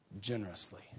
generously